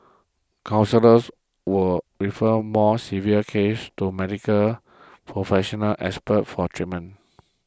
counsellors will refer more severe cases to Medical Professional Experts for treatment